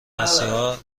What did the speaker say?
مسیحا